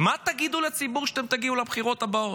מה תגידו לציבור כשאתם תגיעו לבחירות הבאות?